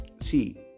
see